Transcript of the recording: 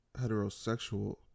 heterosexual